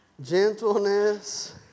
Gentleness